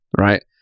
Right